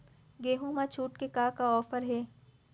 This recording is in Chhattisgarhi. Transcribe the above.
गेहूँ मा छूट के का का ऑफ़र हे?